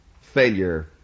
failure